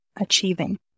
achieving